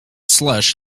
slush